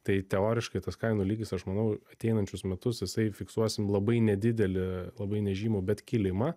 tai teoriškai tas kainų lygis aš manau ateinančius metus jisai fiksuosim labai nedidelį labai nežymų bet kilimą